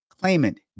claimant